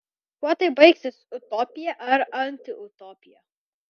kuo tai baigsis utopija ar antiutopija